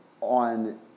on